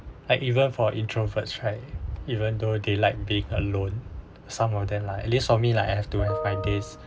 Iike even for introverts right even though they like being alone some of them lah at least for me like I have to have my days